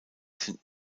sind